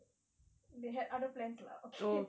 they had other plans lah okay